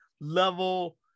level